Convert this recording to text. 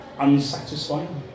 unsatisfying